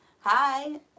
Hi